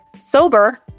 sober